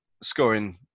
scoring